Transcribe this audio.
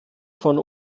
von